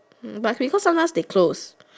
but because sometimes they close